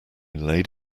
laid